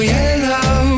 Yellow